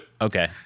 Okay